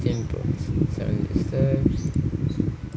seven seven